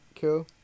cool